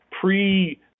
pre